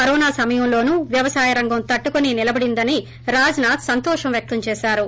corona సమయంలనూ వ్యవసాయ రంగం తట్టుకొని నిలబడిందని రాజ్నాథ్ సంతోషం వ్యక్తం చేశారు